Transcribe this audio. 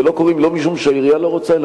ולא קורים לא משום שהעירייה לא רוצה אלא